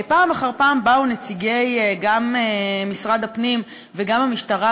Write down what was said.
פעם אחר פעם באו גם נציגי משרד הפנים וגם נציגי המשטרה